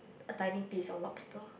a tiny piece of lobster